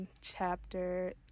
chapter